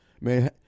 man